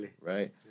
right